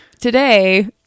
today